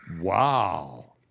Wow